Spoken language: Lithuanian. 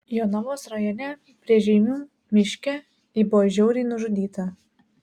jonavos rajone prie žeimių miške ji buvo žiauriai nužudyta